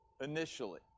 initially